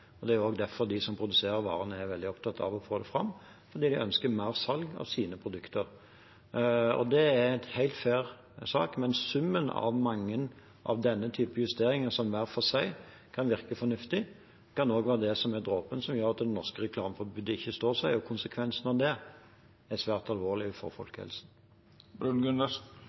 Det er også derfor de som produserer varene, er veldig opptatt av å få dem fram – de ønsker mer salg av sine produkter. Det er en helt fair sak, men summen av mange av denne typen justeringer som hver for seg kan virke fornuftig, kan også være dråpen som gjør at det norske reklameforbudet ikke står seg, og konsekvensen av det er svært alvorlig for